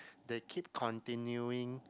they keep continuing